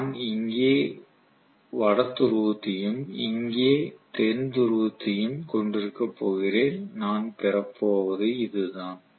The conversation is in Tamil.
நான் இங்கே வட துருவத்தையும் இங்கே தென் துருவத்தையும் கொண்டிருக்கப் போகிறேன் நான் பெறப்போவது இதுதான்